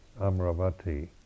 Amravati